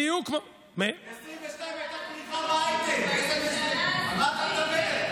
ב-2022 הייתה פריחה בהייטק, על מה אתה מדבר?